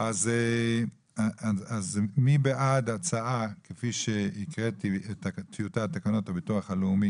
אז מי בעד ההצעה כפי שהקראתי את טיוטת תקנות הביטוח הלאומי,